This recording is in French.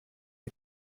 est